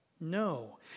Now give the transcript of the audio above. No